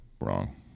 Wrong